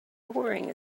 boring